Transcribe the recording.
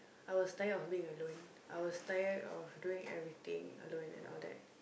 I was tired of being alone I was tired of doing everything alone and all that